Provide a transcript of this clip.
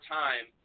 time